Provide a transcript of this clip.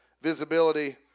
visibility